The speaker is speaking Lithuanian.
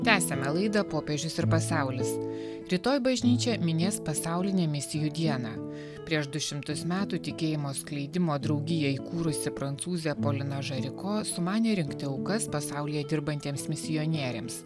tęsiame laidą popiežius ir pasaulis rytoj bažnyčia minės pasaulinę misijų dieną prieš du šimtus metų tikėjimo skleidimo draugiją įkūrusi prancūzė polina žariko sumanė rinkti aukas pasaulyje dirbantiems misionieriams